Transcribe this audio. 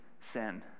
sin